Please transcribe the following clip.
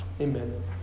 Amen